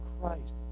Christ